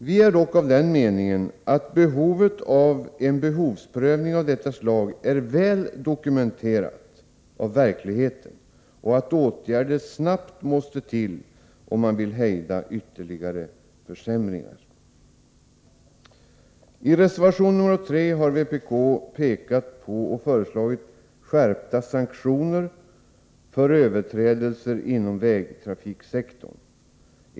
Vi är dock av den meningen att behovet av en behovsprövning av detta slag är väl dokumenterat genom verkligheten och att åtgärder snabbt måste till, om man vill hejda ytterligare försämringar. I reservation 3 har vpk pekat på och föreslagit skärpta sanktioner för överträdelser inom vägtrafiksektorn.